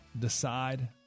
decide